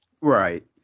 right